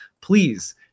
Please